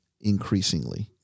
increasingly